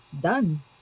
done